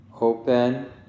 open